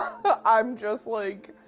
i'm just like,